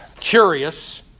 curious